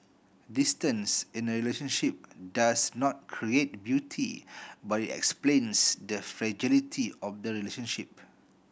distance in a relationship does not create beauty but it explains the fragility of the relationship